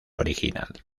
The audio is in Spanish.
original